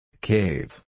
Cave